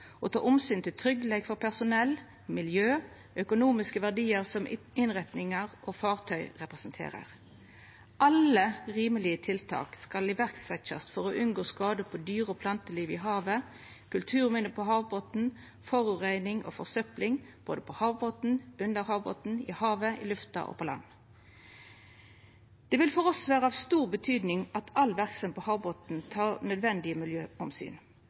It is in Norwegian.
og ta omsyn til tryggleik for personell, miljø og økonomiske verdiar, som innretningar og fartøy representerer. Alle rimelege tiltak skal setjast i verk for å unngå skade på dyre- og plantelivet i havet, kulturminne på havbotnen, forureining og forsøpling, både på havbotnen, under havbotnen, i havet, i lufta og på land. Det vil for oss alle vera av stor betyding at all verksemd på havbotnen tek nødvendige miljøomsyn.